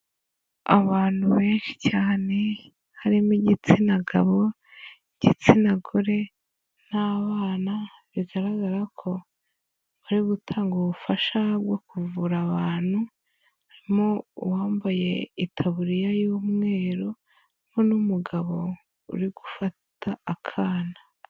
Abantu benshi cyane, harimo igitsina gabo, igitsina gore n'abana, bigaragara ko bari gutanga ubufasha bwo kuvura abantu, harimo uwambaye itaburiya y'umweru, harimo n'umugabo uri gufata akana.